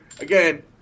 again